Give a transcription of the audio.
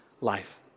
life